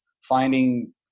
finding